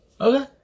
okay